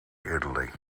italy